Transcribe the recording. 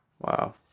Wow